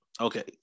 okay